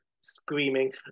screaming